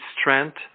strength